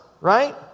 Right